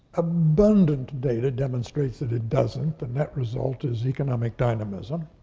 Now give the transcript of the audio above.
abundant data demonstrates that it doesn't, and that result is economic dynamism.